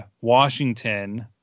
Washington